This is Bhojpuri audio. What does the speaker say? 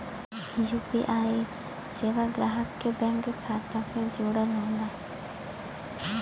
यू.पी.आई सेवा ग्राहक के बैंक खाता से जुड़ल होला